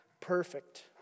perfect